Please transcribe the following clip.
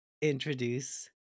introduce